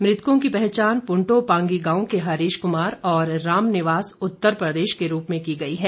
मृतकों की पहचान प्रंटों पांगी गांव के हरीश कुमार और रामनिवास उत्तर प्रदेश के रूप में की गई है